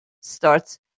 starts